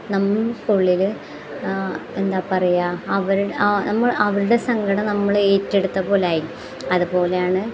നമുക്കുള്ളിൽ എന്താണ് പറയുക നം അ അവർ അവരുടെ സങ്കടം നമ്മൾ ഏറ്റെടുത്ത പോലെയായി അതുപോലെയാണ്